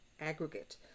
aggregate